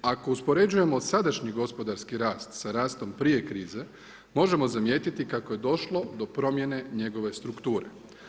Ako uspoređujemo sadašnji gospodarski rast sa rastom prije krize, možemo zamijetiti kako je došlo do promjene njegove strukture.